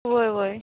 हय हय